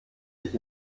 ich